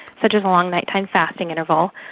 such as a long night-time fasting interval,